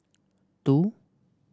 two